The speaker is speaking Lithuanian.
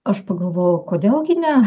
aš pagalvojau kodėl gi ne